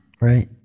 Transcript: right